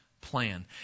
plan